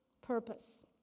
purpose